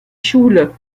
schule